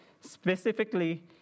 Specifically